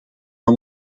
van